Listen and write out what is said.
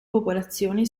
popolazioni